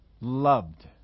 loved